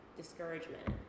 discouragement